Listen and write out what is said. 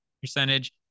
percentage